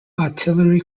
artillery